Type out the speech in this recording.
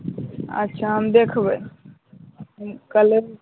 अच्छा हम देखबै काल्हे